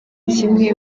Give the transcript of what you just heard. kimwe